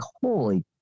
Holy